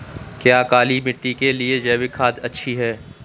क्या काली मिट्टी के लिए जैविक खाद अच्छी है?